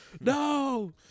No